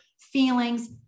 feelings